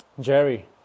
Jerry